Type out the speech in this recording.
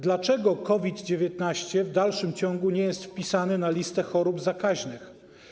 Dlaczego COVID-19 w dalszym ciągu nie jest wpisany na listę chorób zakaźnych?